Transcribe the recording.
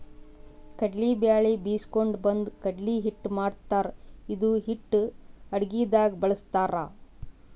ಕಡ್ಲಿ ಬ್ಯಾಳಿ ಬೀಸ್ಕೊಂಡು ಬಂದು ಕಡ್ಲಿ ಹಿಟ್ಟ್ ಮಾಡ್ತಾರ್ ಇದು ಹಿಟ್ಟ್ ಅಡಗಿದಾಗ್ ಬಳಸ್ತಾರ್